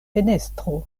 fenestro